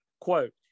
Quote